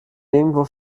nirgendwo